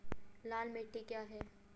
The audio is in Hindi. लाल मिट्टी क्या है?